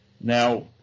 Now